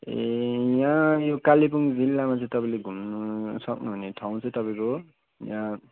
ए यहाँ यो कालिम्पोङ जिल्लामा चाहिँ तपाईँले घुम्नु सक्नुहुने ठाउँ चाहिँ तपाईँको यहाँ